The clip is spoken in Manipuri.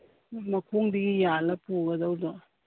ꯃꯈꯣꯡꯗꯒꯤ ꯌꯥꯜꯂꯒ ꯄꯨꯒꯗꯧꯗꯣ